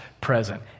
present